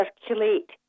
circulate